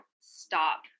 stop